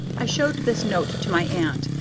i showed this note to my aunt,